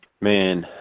Man